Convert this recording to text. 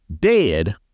dead